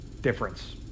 Difference